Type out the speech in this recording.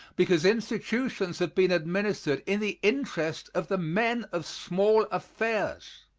because institutions have been administered in the interest of the men of small affairs.